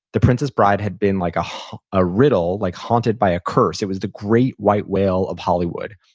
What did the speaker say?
the princess bride had been like a ah riddle like haunted by a curse. it was the great white whale of hollywood,